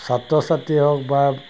ছাত্ৰ ছাত্ৰী হওক বা